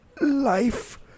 life